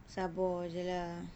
sabar jer lah